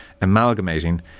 amalgamating